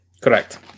correct